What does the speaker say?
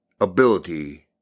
ability